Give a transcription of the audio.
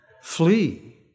flee